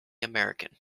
american